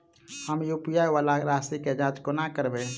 हम यु.पी.आई वला राशि केँ जाँच कोना करबै?